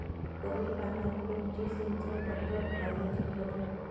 कमी पान्यात कोनची सिंचन पद्धत फायद्याची ठरन?